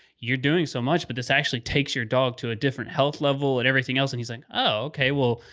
you're doing so much. but this actually takes your dog to a different health level and everything else. and he's like, oh, ok, well,